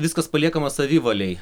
viskas paliekama savivalei